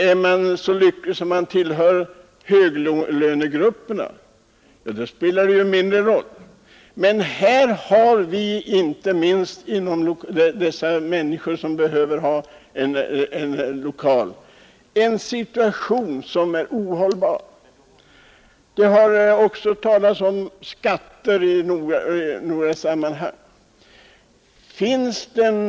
Är man så lycklig att man tillhör höglönegrupperna spelar det mindre roll, men inte minst de människor som behöver en lokal ställs här i en ohållbar situation. Det har också talats om skatter i detta sammanhang.